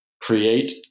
create